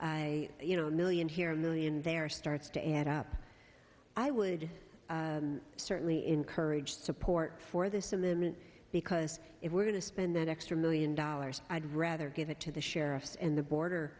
i you know a million here a million there starts to add up i would certainly encourage support for this amendment because if we're going to spend that extra million dollars i'd rather give it to the sheriffs in the border